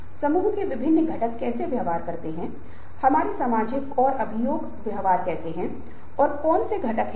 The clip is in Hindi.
इसी तरह इच्छाओं और ड्राइव के कारण व्यवहार होता है लेकिन वे व्यवहार का परिणाम हो सकते हैं